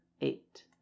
Eight